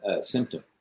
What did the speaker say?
symptom